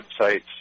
websites